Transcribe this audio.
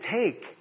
take